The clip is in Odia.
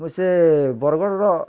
ମୁଁ ସେ ବରଗଡ଼ର